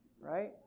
right